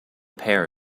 pair